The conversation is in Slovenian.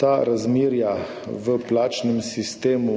ta razmerja v plačnem sistemu